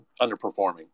underperforming